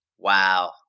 Wow